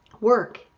work